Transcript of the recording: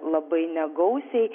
labai negausiai